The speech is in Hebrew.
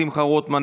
שמחה רוטמן,